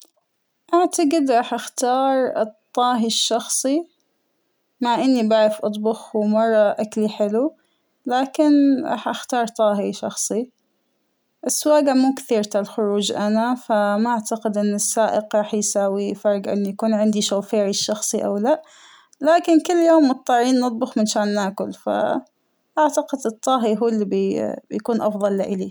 أعتقد راح أختار الطاهى الشخصى ، مع إنى بعرف أطبخ ومرة أكلى حلو لكن راح أختارطاهى شخصى ، السواقة مو كثيرة الخروج أنا ، فا ما أعتقد أن السائق راح يساوى فرق إن يكون عندى شوفيرى الشخصى او لا ، لكن كل يوم متضطرين نطبخ مشان ناكل ، فاعتقد ان الطاهى هو اللى بيكون أفضل لالى.